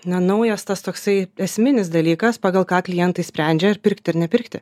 nenaujas tas toksai esminis dalykas pagal ką klientai sprendžia ar pirkti ar nepirkti